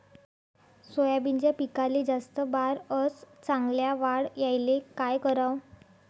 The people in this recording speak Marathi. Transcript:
सोयाबीनच्या पिकाले जास्त बार अस चांगल्या वाढ यायले का कराव?